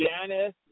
Janice